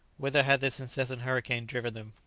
whither had this incessant hurricane driven them?